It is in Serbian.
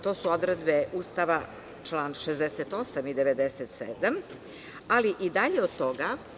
To su odredbe Ustava član 68. i 97, ali i dalje od toga.